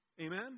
Amen